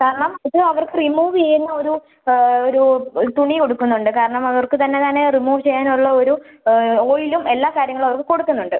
കാരണം ഇത് അവർക്ക് റിമൂവ് ചെയ്യുന്ന ഒരു ഒരു തുണി കൊടുക്കുന്നുണ്ട് കാരണം അവർക്ക് തന്നെ വേണമെങ്കില് റിമൂവ് ചെയ്യാൻ ഉള്ള ഒരു ഓയിലും എല്ലാ കാര്യങ്ങളും അവർക്ക് കൊടുക്കുന്നുണ്ട്